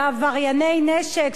בעברייני נשק,